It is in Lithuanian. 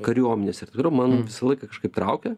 kariuomenės ir taip toliau man visą laiką kažkaip traukė